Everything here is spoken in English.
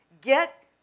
Get